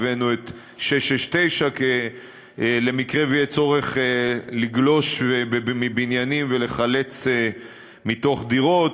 הבאנו את 669 למקרה שיהיה צורך לגלוש מבניינים ולחלץ מתוך דירות,